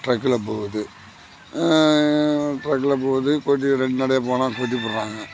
ட்ரக்கில் போகுது ட்ரக்கில போகுது போய்விட்டு ரெண்டு நடையாக போனா கொட்டிப்பிடுறாங்க